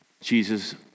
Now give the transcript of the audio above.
Jesus